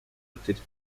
rotated